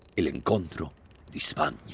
el encountoro di spagna